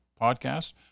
podcast